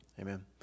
amen